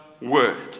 word